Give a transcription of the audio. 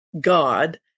God